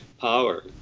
power